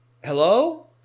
Hello